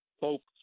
folks